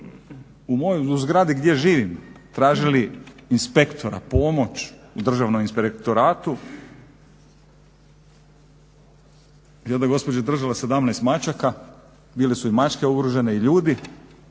u zgradi gdje živim tražili inspektora pomoć u Državnom inspektoratu, jedna gospođa je držala 17 mačaka, bile su i mačke ugrožene i ljudi,